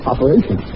Operation